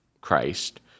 Christ